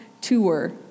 tour